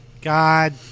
God